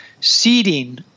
Seeding